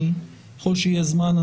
ככל שיהיה זמן,